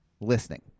listening